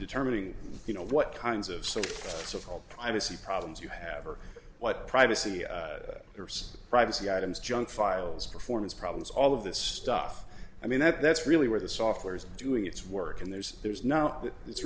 determining you know what kinds of sort of whole privacy problems you have or what privacy there's privacy items junk files performance problems all of this stuff i mean that that's really where the software is doing its work and there's there's no